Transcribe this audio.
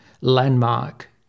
landmark